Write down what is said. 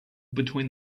between